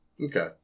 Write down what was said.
Okay